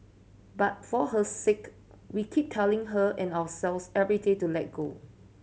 but for her sake we keep telling her and ourselves every day to let go